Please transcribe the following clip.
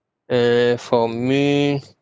uh for me